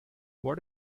what